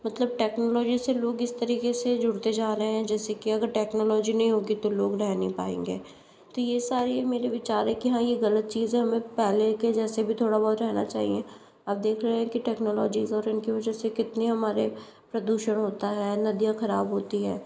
मतलब टेक्नोलॉजी से लोग इस तरीके से जुड़ते जा रहे हैं जैसे कि अगर टेक्नोलॉजी नहीं होगी तो लोग रह नहीं पाएंगे तो ये सारी मेरे विचार हैं कि हाँ ये गलत चीज़ है हमें पहले के जैसे भी थोड़ा बहुत रहना चाहिए आप देख रहे हैं कि टेक्नोलॉजीज़ और इनकी वजह से कितनी हमारे प्रदूषण होता है नदियाँ खराब होती हैं